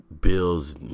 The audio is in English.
bills